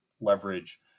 leverage